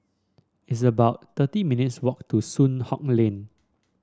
it's about thirty minutes' walk to Soon Hock Lane